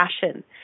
passion